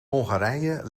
hongarije